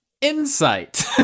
Insight